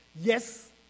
Yes